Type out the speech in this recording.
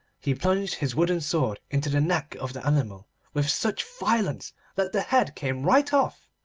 he plunged his wooden sword into the neck of the animal with such violence that the head came right off,